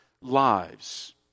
lives